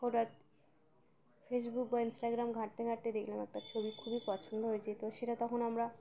হঠাৎ ফেসবুক বা ইনস্টাগ্রাম ঘাঁটতে ঘাঁটতে দেখলাম একটা ছবি খুবই পছন্দ হয়েছে তো সেটা তখন আমরা